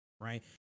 right